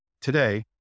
Today